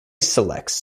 selects